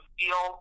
feel